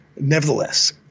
Nevertheless